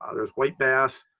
ah there's white bass.